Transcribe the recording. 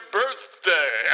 birthday